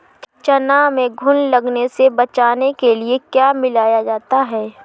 चना में घुन लगने से बचाने के लिए क्या मिलाया जाता है?